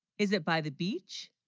is it by the beach